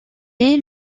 est